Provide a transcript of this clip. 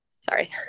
sorry